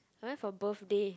I went for birthday